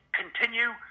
continue